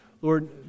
Lord